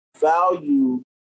value